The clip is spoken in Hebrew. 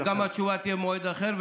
שגם התשובה תהיה במועד אחר,